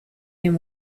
him